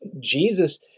Jesus